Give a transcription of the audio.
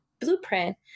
blueprint